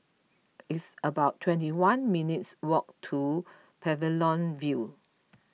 it's about twenty one minutes' walk to Pavilion View